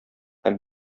һәм